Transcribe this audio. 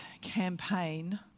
campaign